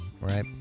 right